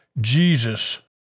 Jesus